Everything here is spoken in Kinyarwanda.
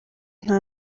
nta